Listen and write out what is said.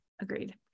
agreed